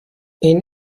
این